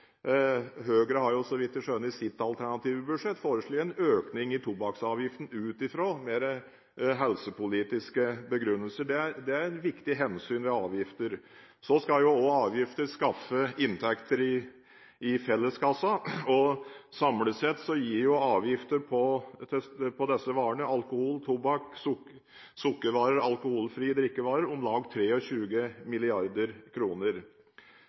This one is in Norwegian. har jo så vidt jeg skjønner, i sitt alternative budsjett foreslått en økning i tobakksavgiften ut fra mer helsepolitiske begrunnelser. Det er et viktig hensyn ved avgifter. Avgifter skal jo skaffe inntekter i felleskassen. Samlet sett gir avgifter på disse varene, alkohol, tobakk, sukkervarer og alkoholfrie drikkevarer, om lag